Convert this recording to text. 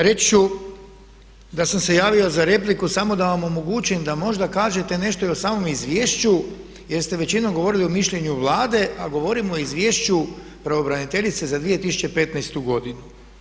Reći ću da sam se javio za repliku samo da vam omogućim da možda kažete nešto i o samom izvješću jer ste većinom govorili o mišljenju Vlade, a govorim o izvješću pravobraniteljice za 2015. godinu.